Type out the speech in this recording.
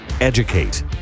educate